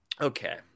Okay